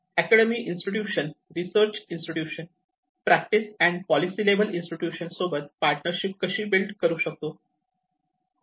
academy institution research institution practice and policy level institution सोबत partnership कशी build करू शकतो